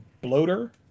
bloater